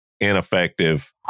ineffective